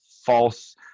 false